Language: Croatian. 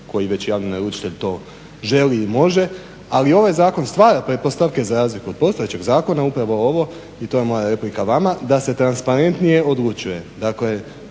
koji već javni naručitelj to želi i može, ali ovaj zakon stvara pretpostavke za razliku od postojećeg zakona upravo ovo, i to je moja replika vama, da se transparentnije odlučuje. Dakle,